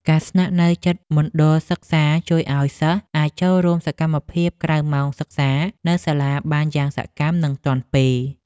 ការស្នាក់នៅជិតមណ្ឌលសិក្សាជួយឱ្យសិស្សអាចចូលរួមសកម្មភាពក្រៅម៉ោងសិក្សានៅសាលារៀនបានយ៉ាងសកម្មនិងទាន់ពេល។